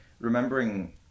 remembering